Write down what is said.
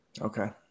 Okay